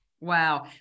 Wow